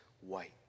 white